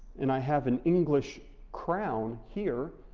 and i have an english crown here,